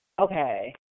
okay